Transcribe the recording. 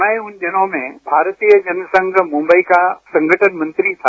मैं उन दिनों में भारतीय जनसंघ मुंबई का संगठन मंत्री था